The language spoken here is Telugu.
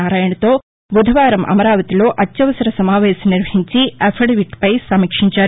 నారాయణతో బుధవారం అమరావతిలో అత్యవసర సమావేశం నిర్వహించి అఫిడవిట్పై సమీక్షించారు